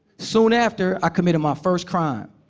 soon after, i committed my first crime,